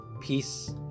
Peace